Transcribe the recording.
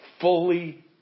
fully